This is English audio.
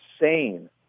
insane